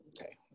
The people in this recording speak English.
Okay